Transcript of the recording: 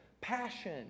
passion